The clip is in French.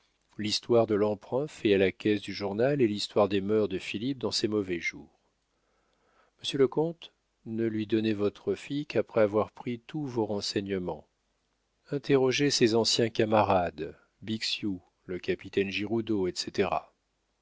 l'histoire de l'emprunt fait à la caisse du journal et l'histoire des mœurs de philippe dans ses mauvais jours monsieur le comte ne lui donnez votre fille qu'après avoir pris tous vos renseignements interrogez ses anciens camarades bixiou le capitaine giroudeau etc